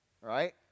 Right